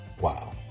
Wow